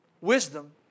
wisdom